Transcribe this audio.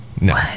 No